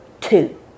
two